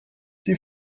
die